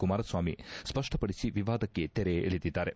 ಕುಮಾರಸ್ವಾಮಿ ಸ್ಪಷ್ಟಪಡಿಸಿ ವಿವಾದಕ್ಷೆ ತೆರೆ ಎಳೆದಿದ್ದಾರೆ